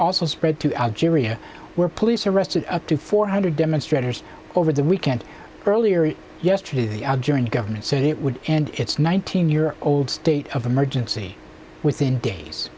also spread to algeria where police arrested up to four hundred demonstrators over the weekend earlier yesterday the algerian government said it would and its nineteen year old state of emergency within days